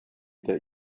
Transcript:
that